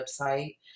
website